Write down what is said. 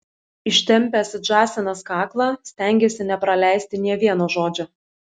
ištempęs it žąsinas kaklą stengėsi nepraleisti nė vieno žodžio